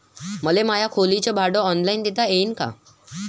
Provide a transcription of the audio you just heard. मले माया खोलीच भाड ऑनलाईन देता येईन का?